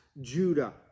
Judah